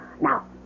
Now